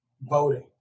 voting